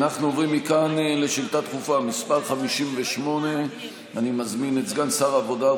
אנחנו עוברים מכאן לשאילתה דחופה מס' 58. אני מזמין את סגן שר העבודה,